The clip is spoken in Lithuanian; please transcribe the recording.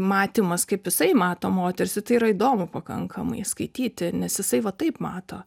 matymas kaip jisai mato moteris ir tai yra įdomu pakankamai skaityti nes jisai va taip mato